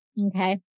Okay